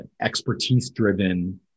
expertise-driven